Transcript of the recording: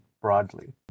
broadly